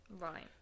right